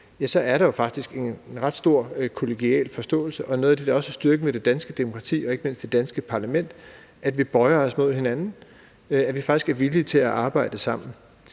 så er der jo faktisk en ret stor kollegial forståelse. Og noget af det, der også er styrken ved det danske demokrati og ikke mindst det danske parlament, er, at vi bøjer os mod hinanden, at vi faktisk er villige til at arbejde sammen.